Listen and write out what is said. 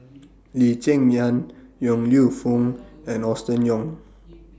Lee Cheng Yan Yong Lew Foong and Austen Ong